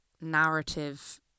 narrative